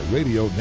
Radio